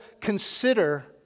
consider